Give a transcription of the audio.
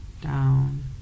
down